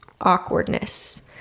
Awkwardness